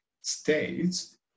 states